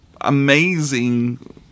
amazing